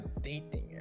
dating